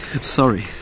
sorry